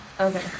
Okay